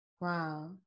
Wow